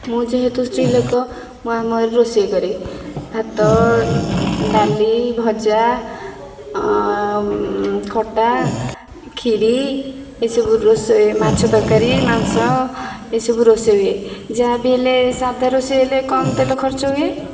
ମୁଁ ଯେହେତୁ ସ୍ତ୍ରୀ ଲୋକ ମୁଁ ଆମ ଘରେ ରୋଷେଇ କରେ ଭାତ ଡାଲି ଭଜା ଖଟା କ୍ଷୀରି ଏସବୁ ରୋଷେଇ ମାଛ ତରକାରୀ ମାଂସ ଏସବୁ ରୋଷେଇ ହୁଏ ଯାହା ବି ହେଲେ ସାଧା ରୋଷେଇ ହେଲେ କମ୍ ତେଲ ଖର୍ଚ୍ଚ ହୁଏ